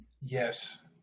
Yes